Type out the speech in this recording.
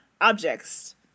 objects